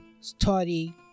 study